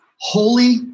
holy